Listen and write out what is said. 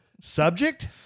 Subject